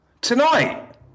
Tonight